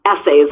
essays